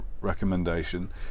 recommendation